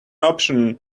option